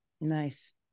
nice